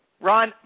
Ron